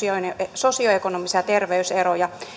sosioekonomisia terveyseroja